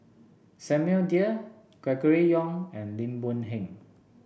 Samuel Dyer Gregory Yong and Lim Boon Heng